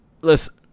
Listen